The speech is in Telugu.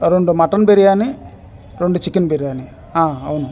రెండు మటన్ బిర్యానీ రెండు చికెన్ బిర్యానీ అవును